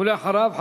ואחריו,